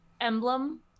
emblem